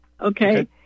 Okay